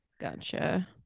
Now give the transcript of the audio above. gotcha